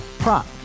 Prop